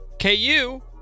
KU